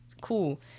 cool